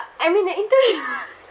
I'm in a interview